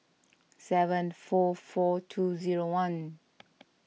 seven four four two zero one